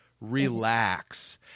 relax